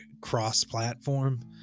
cross-platform